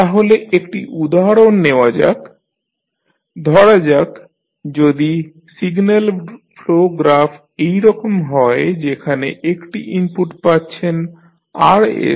তাহলে একটি উদাহরণ নেওয়া যাক ধরা যাক যদি সিগন্যাল ফ্লো গ্রাফ এই রকম হয় যেখানে একটি ইনপুট পাচ্ছেন Rs